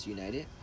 United